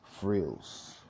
Frills